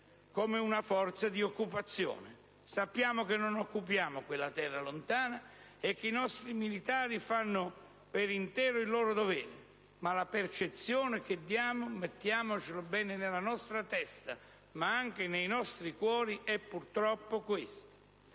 come una forza di occupazione. Sappiamo che non occupiamo quella terra lontana e che i nostri militari fanno per intero il loro dovere, ma la percezione che diamo, mettiamocelo bene nella nostra testa, ma anche nei nostri cuori, è purtroppo questa.